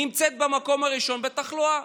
נמצאת במקום הראשון בתחלואה.